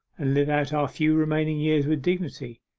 and live out our few remaining years with dignity.